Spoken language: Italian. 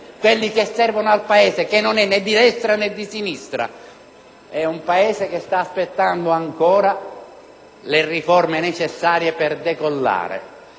quelli che servono al Paese, che non è di destra né di sinistra. Il nostro è un Paese che sta aspettando ancora le riforme necessarie per decollare,